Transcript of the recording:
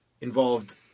involved